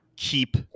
keep